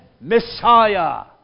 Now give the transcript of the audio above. Messiah